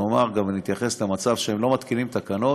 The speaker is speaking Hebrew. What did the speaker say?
ונאמר ונתייחס למצב שהם לא מתקינים תקנות,